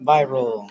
Viral